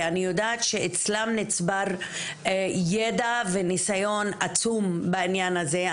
כי אני יודעת שאצלם נצבר ידע וניסיון עצום בעניין הזה.